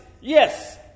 yes